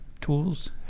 tools